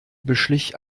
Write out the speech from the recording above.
beschlich